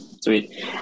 Sweet